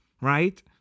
right